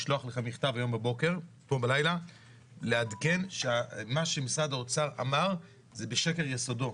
לשלוח לך מכתב היום בבוקר לעדכן שמה שמשרד האוצר אמר בשקר יסודו.